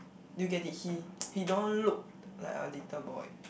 do you get it he he don't look like a little boy